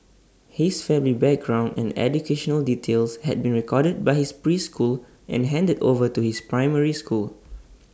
his family background and educational details had been recorded by his preschool and handed over to his primary school